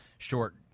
short